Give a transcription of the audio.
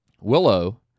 Willow